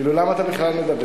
כאילו, למה אתה בכלל מדבר?